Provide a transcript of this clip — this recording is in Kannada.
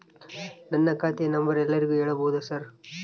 ನನ್ನ ಖಾತೆಯ ನಂಬರ್ ಎಲ್ಲರಿಗೂ ಹೇಳಬಹುದಾ ಸರ್?